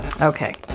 okay